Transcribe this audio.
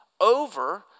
over